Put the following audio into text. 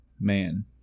man